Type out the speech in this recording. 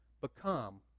become